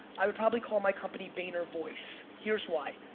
i would probably call my company vayner voice. here's why.